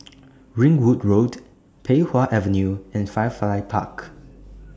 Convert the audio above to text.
Ringwood Road Pei Wah Avenue and Firefly Park